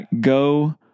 go